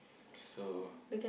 so